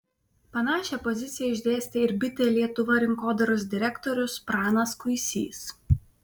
panašią poziciją išdėstė ir bitė lietuva rinkodaros direktorius pranas kuisys